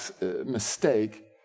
mistake